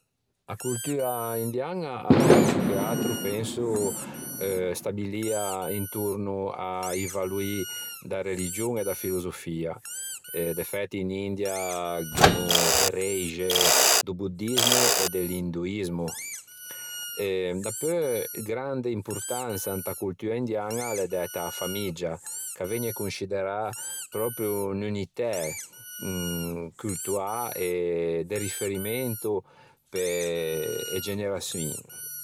A coltua indiaña a l'é ciù che atro penso stabilio intorno a-i valoî da religion e da filosofia e defæti in India gh'emmo e reixe do buddismo e de l'induismo. E dapeu grande impotansa inta coltua indiaña a l'é dæta a-a famiggia ch'a vëgne consciderâ pròpio unn'unitæ coltuâ e de riferimento pe-e generaçioin.